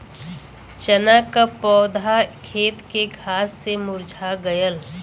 चन्ना क पौधा खेत के घास से मुरझा गयल